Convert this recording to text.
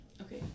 Okay